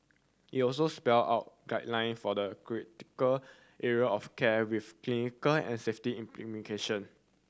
it also spelled out guideline for the critical area of care with clinical and safety in implication